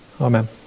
Amen